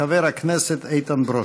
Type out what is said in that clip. חבר הכנסת איתן ברושי.